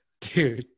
dude